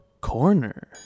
Corner